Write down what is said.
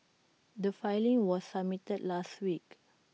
the filing was submitted last week